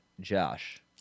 Josh